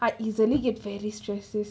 are easily get very stresses